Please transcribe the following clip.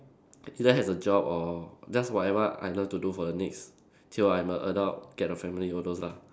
either has a job or just whatever I love to do for the next till I'm a adult get a family all those lah